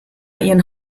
ihren